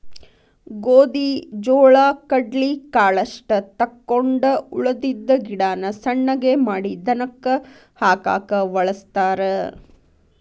ಗೋದಿ ಜೋಳಾ ಕಡ್ಲಿ ಕಾಳಷ್ಟ ತಕ್ಕೊಂಡ ಉಳದಿದ್ದ ಗಿಡಾನ ಸಣ್ಣಗೆ ಮಾಡಿ ದನಕ್ಕ ಹಾಕಾಕ ವಳಸ್ತಾರ